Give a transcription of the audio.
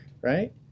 right